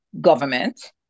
government